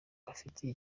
bafitiye